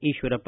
Eshwarappa